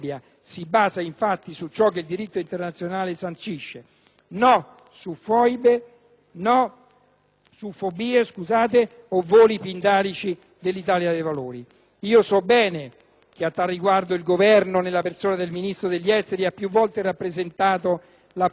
su fobie o voli pindarici dell'Italia dei Valori. So bene che a tal riguardo il Governo, nella persona del Ministro degli affari esteri, ha più volte rappresentato la prevalenza del dettato del Trattato NATO e la sua non modificabilità alla luce di questo accordo bilaterale.